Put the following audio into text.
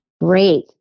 Great